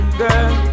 girl